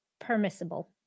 permissible